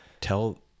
tell